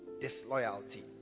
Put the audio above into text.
disloyalty